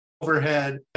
overhead